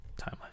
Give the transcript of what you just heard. timeline